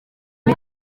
uwo